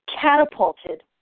catapulted